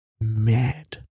Mad